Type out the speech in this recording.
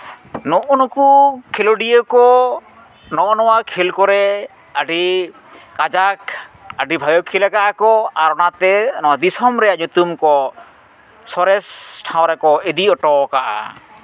ᱱᱩᱜᱼᱩ ᱱᱩᱠᱩ ᱠᱷᱮᱞᱳᱰᱤᱭᱟᱹ ᱠᱚ ᱱᱚᱜᱼᱚ ᱱᱚᱣᱟ ᱠᱷᱮᱞ ᱠᱚᱨᱮᱜ ᱟᱹᱰᱤ ᱠᱟᱡᱟᱠ ᱟᱹᱰᱤ ᱵᱷᱟᱹᱜᱤ ᱠᱷᱮᱞ ᱠᱟᱜᱼᱟ ᱠᱚ ᱟᱨ ᱚᱱᱟᱛᱮ ᱫᱤᱥᱚᱢ ᱨᱮᱱᱟᱜ ᱧᱩᱛᱩᱢ ᱠᱚ ᱥᱚᱨᱮᱥ ᱴᱷᱟᱶ ᱨᱮᱠᱚ ᱤᱫᱤ ᱦᱚᱴᱚ ᱠᱟᱜᱼᱟ